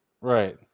right